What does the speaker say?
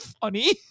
funny